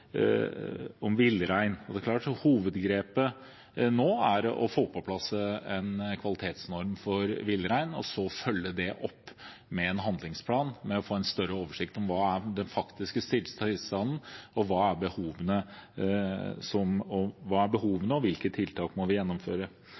villrein, og hovedgrepet nå er å få på plass en kvalitetsnorm for villrein og så følge det opp med en handlingsplan, med å få en større oversikt over hva den faktiske tilstanden er, hva behovene er, og hvilke tiltak vi må gjennomføre. Men når det gjelder det som